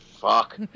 fuck